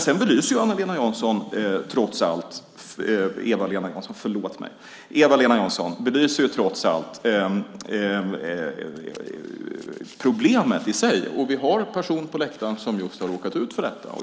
Sedan belyser Eva-Lena Jansson trots allt problemet. Vi har en person på läktaren som just har råkat ut för detta.